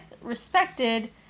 respected